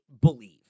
believe